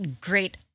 great